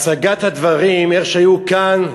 הצגת הדברים, כפי שהייתה כאן,